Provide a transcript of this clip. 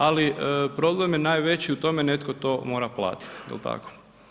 Ali, problem je najveći u tome, netko to mora platiti, je li tako?